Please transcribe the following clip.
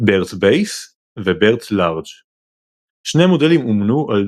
BERT BASE ו־BERT LARGE. שני המודלים אומנו על